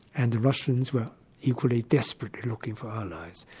and the russians were equally desperately looking for allies.